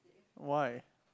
why